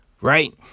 Right